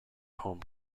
home